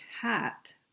hat